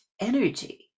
energy